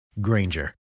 Granger